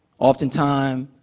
oftentimes,